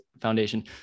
foundation